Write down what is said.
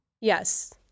Yes